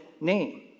name